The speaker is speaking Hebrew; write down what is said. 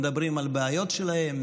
מדברים על הבעיות שלהם,